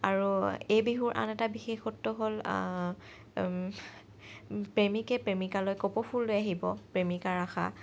আৰু এই বিহুৰ আন এটা বিশেষত্ব হ'ল প্ৰেমিকে প্ৰেমিকালৈ কপৌ ফুল লৈ আহিব প্ৰেমিকাৰ আশা